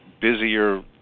busier